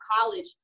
college